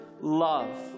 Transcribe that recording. love